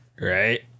Right